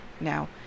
Now